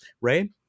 Ray